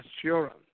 assurance